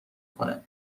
کنه